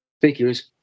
figures